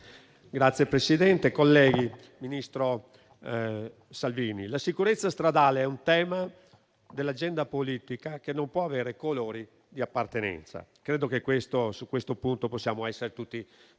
Signor Presidente, colleghi, ministro Salvini, la sicurezza stradale è un tema dell'agenda politica che non può avere colori di appartenenza. Credo che su questo punto possiamo essere tutti d'accordo: